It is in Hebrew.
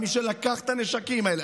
היה מי שלקח את הנשקים האלה.